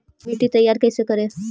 मिट्टी तैयारी कैसे करें?